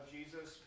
Jesus